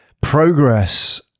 progress